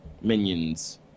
minions